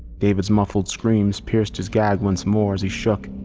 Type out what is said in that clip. david's muffled screams pierced his gag once more as he shook,